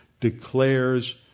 declares